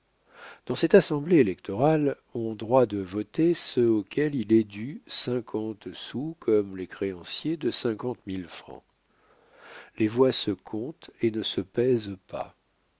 dans cette assemblée électorale ont droit de voter ceux auxquels il est dû cinquante sous comme les créanciers de cinquante mille francs les voix se comptent et ne se pèsent pas